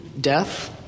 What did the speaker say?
death